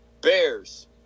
Bears